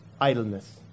idleness